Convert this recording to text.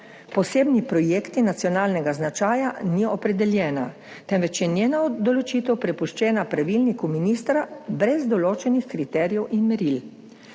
posebni projekti nacionalnega značaja ni opredeljena, temveč je njena določitev prepuščena pravilniku ministra brez določenih kriterijev in meril.